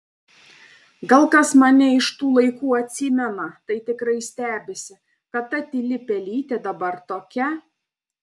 gal kas mane iš tų laikų atsimena tai tikrai stebisi kad ta tyli pelytė dabar tokia